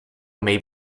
may